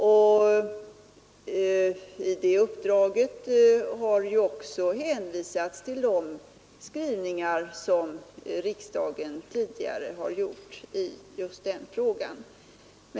I det uppdraget har också hänvisats till den skrivning som riksdagen tidigare gjorde i just den här frågan.